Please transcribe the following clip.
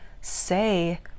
say